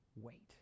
wait